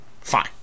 fine